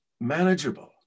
manageable